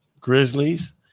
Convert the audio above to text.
Grizzlies